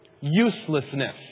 uselessness